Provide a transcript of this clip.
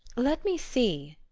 let me see,